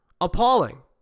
appalling